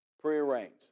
Prearranged